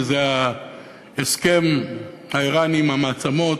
וזה ההסכם האיראני עם המעצמות.